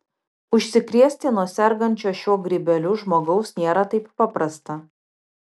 užsikrėsti nuo sergančio šiuo grybeliu žmogaus nėra taip paprasta